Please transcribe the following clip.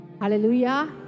Hallelujah